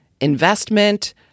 investment